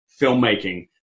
filmmaking